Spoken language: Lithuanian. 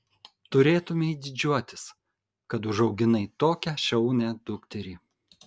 turėtumei didžiuotis kad užauginai tokią šaunią dukterį